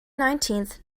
nineteenth